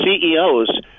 CEOs